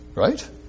Right